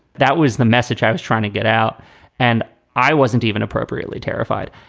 that was the message i was trying to get out and i wasn't even appropriately terrified.